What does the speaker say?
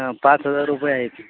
हां पाच हजार रुपये आहे ती